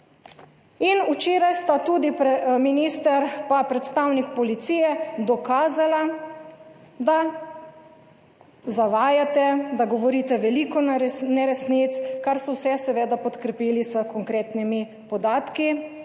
In včeraj sta tudi minister pa predstavnik policije dokazala, da zavajate, da govorite veliko neresnic, kar so vse seveda podkrepili s konkretnimi podatki,